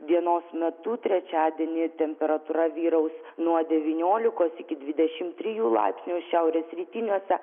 dienos metu trečiadienį temperatūra vyraus nuo devyniolikos iki dvidešim trijų laipsnių šiaurės rytiniuose